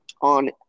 on